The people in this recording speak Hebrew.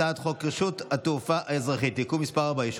הצעת חוק רשות התעופה האזרחית (תיקון מס' 4)